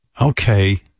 Okay